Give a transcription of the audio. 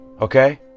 okay